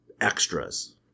extras